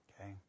Okay